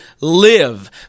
live